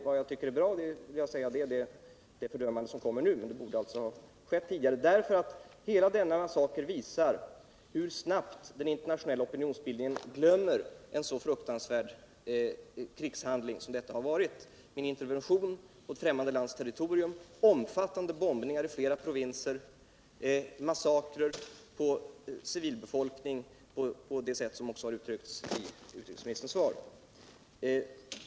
: Vad jag tycker är bra är det fördömande som kommit nu, men det borde alltså ha kommit tidigare, eftersom hela denna massaker visar hur snabbt den internationella opinionsbildningen glömmer en så fruktansvärd krigshandling som detta har varit: en intervention på ett främmande lands territorium, omfattande bombningar i flera provinser och massakrer på civilbefolkningen på det sätt som också har uttryckts i utrikesministerns svar!